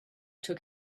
took